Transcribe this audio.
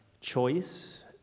choice